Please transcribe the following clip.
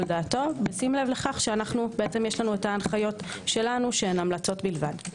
דעתו בשים לב לכך שיש לנו ההנחיות שלנו שהן המלצות בלבד.